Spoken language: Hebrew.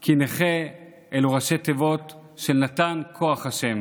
כי נכה אלו ראשי תיבות של נתן כוח ה'.